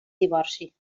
divorci